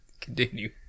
Continue